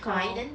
高